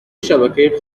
شبکه